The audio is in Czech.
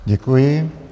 Děkuji.